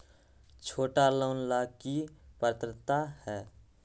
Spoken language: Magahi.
छोटा लोन ला की पात्रता है?